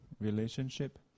relationship